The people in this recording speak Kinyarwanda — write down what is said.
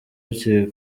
music